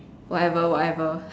whatever whatever